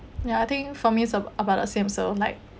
ya I think for me also about the same so like